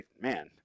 man